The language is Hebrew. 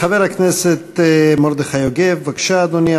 חבר הכנסת מרדכי יוגב, בבקשה, אדוני.